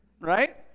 Right